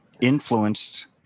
influenced